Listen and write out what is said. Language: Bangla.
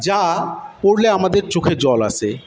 যা পড়লে আমাদের চোখে জল আসে